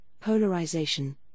polarization